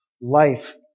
life